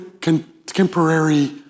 contemporary